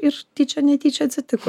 ir tyčia netyčia atsitiko